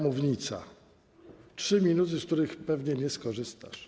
Masz 3 minuty, z których pewnie nie skorzystasz.